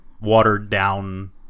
watered-down